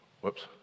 Whoops